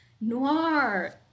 noir